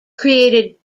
created